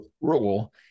rule